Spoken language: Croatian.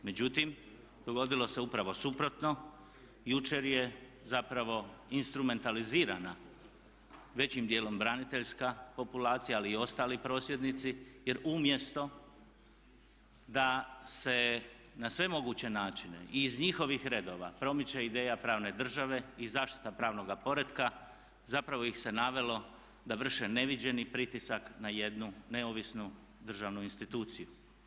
Međutim, dogodilo se upravo suprotno, jučer je zapravo instrumentalizirana većim dijelom braniteljska populacija ali i ostali prosvjednici jer umjesto da se na sve moguće načine i iz njihovih redova promiče ideja pravne države i zaštita pravnoga poretka zapravo ih se navelo da vrše neviđeni pritisak na jednu neovisnu državnu instituciju.